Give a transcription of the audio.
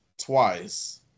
Twice